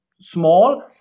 small